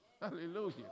Hallelujah